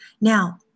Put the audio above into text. Now